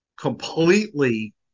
completely